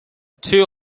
two